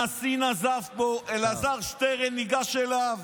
הנשיא נזף בו, אלעזר שטרן ניגש אליו